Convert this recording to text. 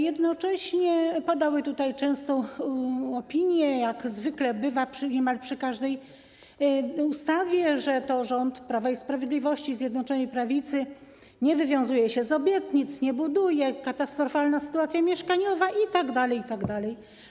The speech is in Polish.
Jednocześnie padały tutaj często opinie, jak zwykle bywa niemal przy każdej ustawie, że to rząd Prawa i Sprawiedliwości, Zjednoczonej Prawicy nie wywiązuje się z obietnic, że nie buduje, że jest katastrofalna sytuacja mieszkaniowa itd., itd.